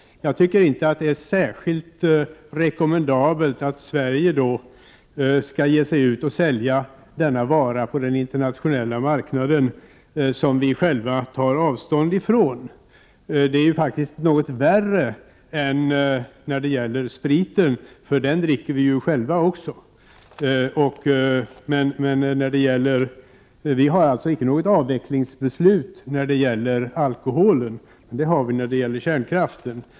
Det är då inte särskilt rekommendabelt att Sverige skall ge sig ut och sälja den vara som vi själva tar avstånd från på den internationella marknaden. Detta är faktiskt något värre än vad som är fallet med spriten, eftersom vi själva också dricker den. Vi har alltså inte något avvecklingsbeslut när det gäller alkoholen, men det har vi när det gäller kärnkraften.